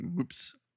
Oops